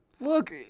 look